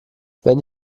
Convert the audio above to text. wenn